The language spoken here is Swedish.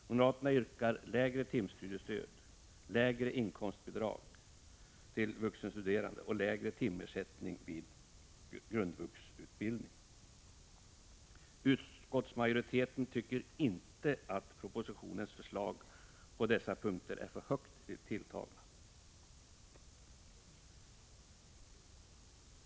Moderaterna yrkar lägre timstudiestöd, lägre inkomstbidrag till vuxenstuderande och lägre timersättning vid grundvuxutbildning. Utskottsmajoriteten tycker inte att propositionens förslag på dessa punkter är för högt tilltagna.